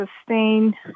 sustain